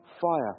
fire